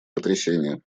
потрясения